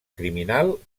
criminal